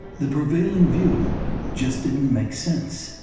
the prevailing view just didn't make sense.